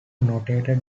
notated